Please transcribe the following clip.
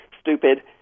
stupid